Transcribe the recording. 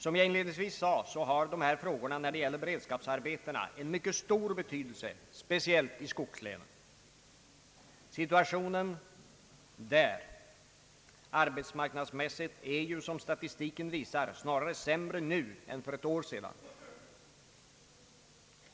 Som jag inledningsvis sade har beredskapsarbetena en mycket stor betydelse, speciellt i skogslänen. Enligt statistiken är situationen där, arbetsmarknadsmässigt sett, snarare sämre nu än för ett år sedan.